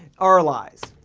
are lies.